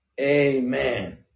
Amen